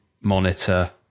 monitor